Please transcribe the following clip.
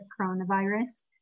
coronavirus